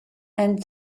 and